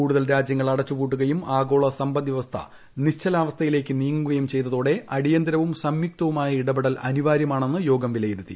കൂടുതൽ രാജ്യങ്ങൾ അടച്ചുപൂട്ടുകയും ആഗോള സമ്പദ് വ്യവസ്ഥ നിശ്ചലാവസ്ഥയിലേക്ക് നീങ്ങുകയും ചെയ്തതോടെ അടിയന്തിരവും സംയുക്തവുമായ ഇടപെടൽ അനിവാര്യമാണെന്ന് യോഗം വിലയിരുത്തി